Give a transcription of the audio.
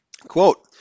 Quote